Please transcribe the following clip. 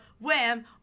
Wham